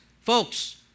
folks